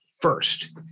First